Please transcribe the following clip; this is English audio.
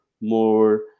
more